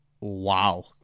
wow